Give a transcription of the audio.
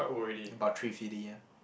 about three ya